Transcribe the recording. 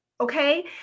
okay